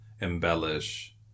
embellish